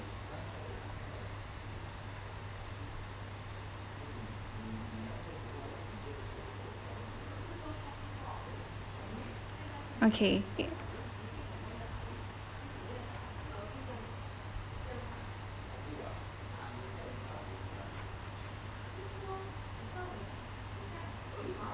okay